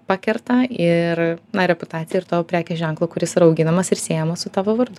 pakerta ir na reputaciją ir to prekės ženklo kuris yra auginamas ir siejamas su tavo vardu